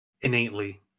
innately